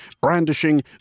brandishing